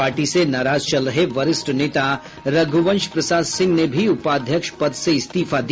party से नाराज चल रहे वरिष्ठ नेता रघुवंश प्रसाद सिंह ने भी उपाध्यक्ष पद से इस्तीफा दिया